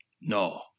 No